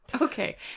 Okay